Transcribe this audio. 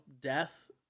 death